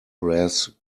brass